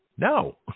No